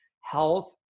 health